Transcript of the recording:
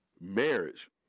marriage